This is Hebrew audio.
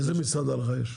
איזה מסעדה יש לך?